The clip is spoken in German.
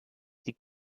sie